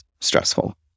stressful